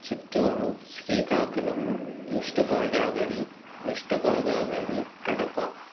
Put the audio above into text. Chittoor Srikakulam east Godavari west Godavari Kadapa